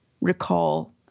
recall